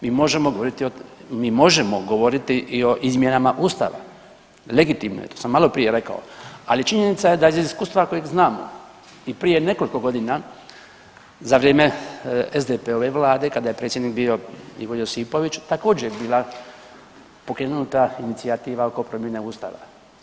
Mi možemo govoriti, mi možemo govoriti i o izmjenama ustava, legitimno je to sam malo prije rekao, ali činjenica je da iz iskustva kojeg znam i prije nekoliko godina za vrijeme SDP-ove vlade kada je predsjednik bio Ivo Josipović također bila pokrenuta inicijativa oko promjene ustava.